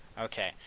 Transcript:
Okay